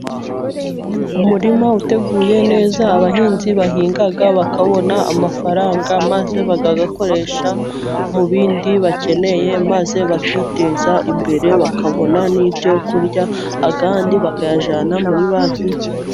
Umurima uteguye neza abahinzi bahinga bakabona amafaranga maze bakayakoresha mu bindi bakeneye, maze bakiteza imbere bakabona n'ibyo kurya, ayandi bakayajyana muri banki.